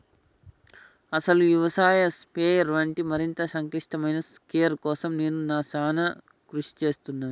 అసలు యవసాయ స్ప్రయెర్ వంటి మరింత సంక్లిష్టమైన స్ప్రయెర్ కోసం నేను సానా కృషి సేస్తున్నాను